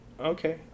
Okay